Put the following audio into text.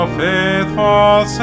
faithful